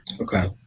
Okay